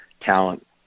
talent